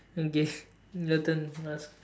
okay your turn ask